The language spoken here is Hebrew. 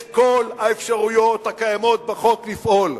יש כל האפשרויות הקיימות בחוק לפעול.